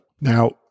Now